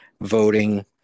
voting